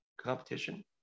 competition